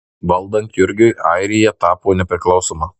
valdant jurgiui airija tapo nepriklausoma